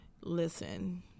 listen